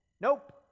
Nope